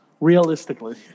Realistically